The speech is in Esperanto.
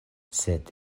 sed